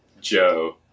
Joe